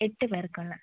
എട്ട് പേർക്കാണ്